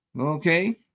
Okay